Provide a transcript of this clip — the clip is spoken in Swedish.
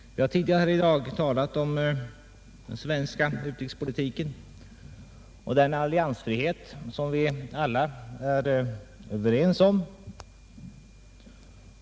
Vi har tidigare i dag talat om den svenska utrikespolitiken och om den alliansfrihet, som vi alla ansluter oss till.